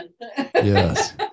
yes